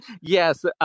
Yes